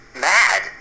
mad